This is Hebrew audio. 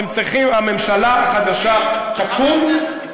הממשלה החדשה תקום,